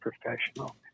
professional